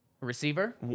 Receiver